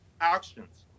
actions